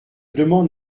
demande